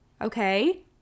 Okay